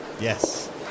Yes